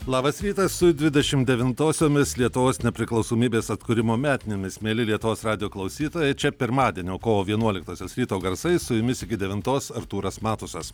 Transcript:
labas rytas su dvidešimt devintosiomis lietuvos nepriklausomybės atkūrimo metinėmis mieli lietuvos radijo klausytojai čia pirmadienio kovo vienuoliktosios ryto garsai su jumis iki devintos artūras matusas